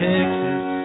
Texas